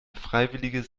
freiwilliges